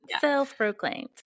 self-proclaimed